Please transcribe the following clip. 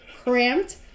cramped